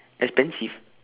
expensive